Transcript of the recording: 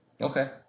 Okay